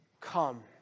Come